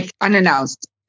unannounced